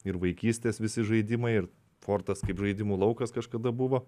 ir vaikystės visi žaidimai ir fortas kaip žaidimų laukas kažkada buvo